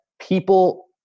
people